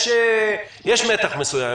יש מתח מסוים.